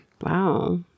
Wow